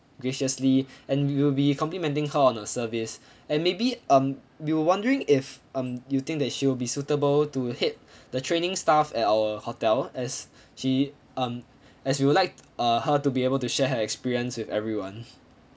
graciously and we will be complimenting her on the service and maybe um we were wondering if um you think that she'll be suitable to hit the training staff at our hotel as she um as we would like uh her to be able to share her experience with everyone